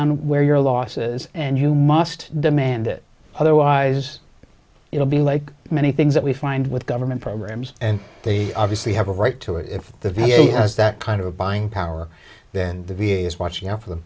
on where your losses and you must demand it otherwise it'll be like many things that we find with government programs and they obviously have a right to it if the v a has that kind of buying power then the v a is watching out for them